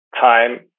time